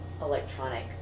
electronic